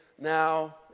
now